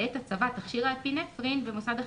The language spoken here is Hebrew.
בעת הצבת תכשיר אפינפרין במוסד החינוך,